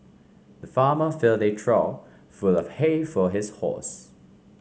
the farmer filled a trough full of hay for his horse